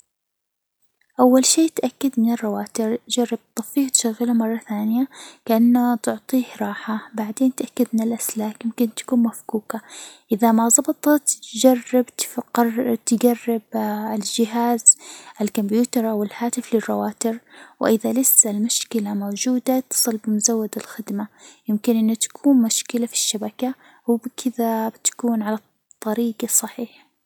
أول شي تأكد من الرواتر، جرب تطفيه وتشغله مرة ثانية كأنه تعطيه راحة، بعدين تأكد من الأسلاك يمكن تكون مفكوكة، إذا ما ظبطت جرب تفكر تجرب الجهاز الكمبيوتر، أو الهاتف للرواتر، وإذا لسه المشكلة موجودة اتصل بمزود الخدمة، يمكن أن تكون مشكلة في الشبكة، وبكذا بتكون على الطريج الصحيح.